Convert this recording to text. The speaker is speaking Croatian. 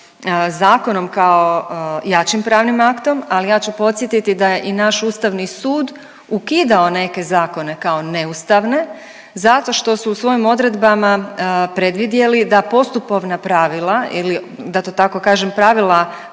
zato što su u svojim odredbama predvidjeli da postupovna pravila ili da to tako kažem pravila